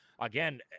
again